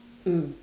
mm